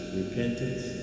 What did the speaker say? repentance